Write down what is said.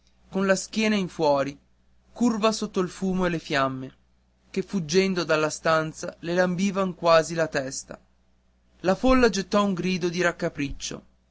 con la schiena in fuori curva sotto il fumo e le fiamme che fuggendo dalla stanza le lambivan quasi la testa la folla gettò un grido di raccapriccio